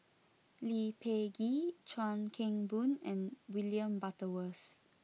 Lee Peh Gee Chuan Keng Boon and William Butterworth